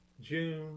June